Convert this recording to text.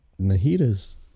Nahida's